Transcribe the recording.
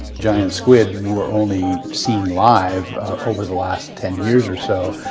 giant squid were only seen live over the last ten years or so,